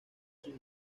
sus